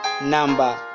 number